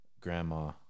grandma